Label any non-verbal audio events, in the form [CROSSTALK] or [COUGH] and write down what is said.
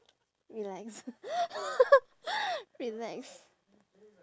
relax [LAUGHS] relax